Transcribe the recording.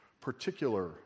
particular